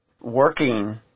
working